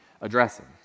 addressing